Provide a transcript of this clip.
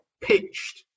pitched